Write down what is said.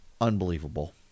unbelievable